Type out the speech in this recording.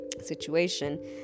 situation